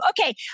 okay